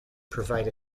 provide